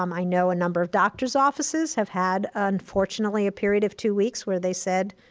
um i know a number of doctor's offices have had unfortunately a period of two weeks where they said,